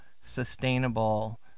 sustainable